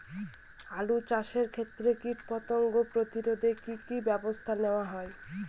আলু চাষের ক্ষত্রে কীটপতঙ্গ প্রতিরোধে কি কী ব্যবস্থা নেওয়া হয়?